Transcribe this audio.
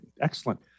Excellent